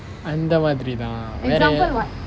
அந்த மாதிரி தான் வேற:antha maathiri thaan vera